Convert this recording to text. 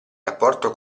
rapporto